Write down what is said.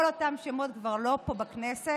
כל אותם שמות כבר לא פה בכנסת,